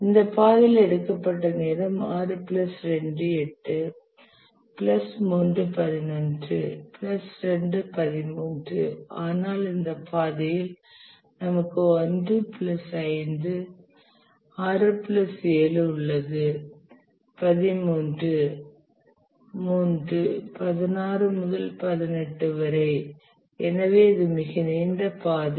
இந்த பாதையில் எடுக்கப்பட்ட நேரம் 6 பிளஸ் 2 8 பிளஸ் 3 11 பிளஸ் 2 13 ஆனால் இந்த பாதையில் நமக்கு 1 பிளஸ் 5 6 பிளஸ் 7 உள்ளது 13 3 16 முதல் 18 வரை எனவே இது மிக நீண்ட பாதை